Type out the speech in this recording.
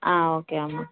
okay అమ్మ